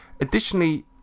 additionally